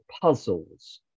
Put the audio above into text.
puzzles